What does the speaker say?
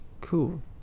cool